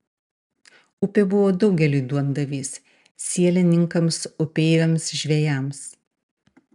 upė buvo daugeliui duondavys sielininkams upeiviams žvejams